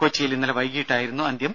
കൊച്ചിയിൽ ഇന്നലെ വൈകീട്ടായിരുന്നു അന്ത്യം